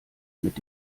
mit